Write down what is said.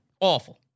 Awful